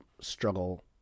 struggle